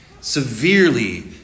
severely